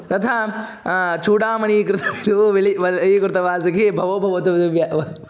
तथा चूडामणिकृतः श्लू विधुर्वल्लवीकृत वासुकिः भवो भवतु भव्याय